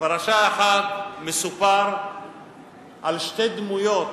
בפרשה אחת מסופר על שתי דמויות